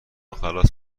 خلاص